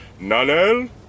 Nanel